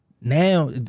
Now